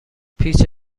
پیچ